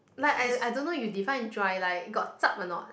like I I don't know you define dry like got zhup a not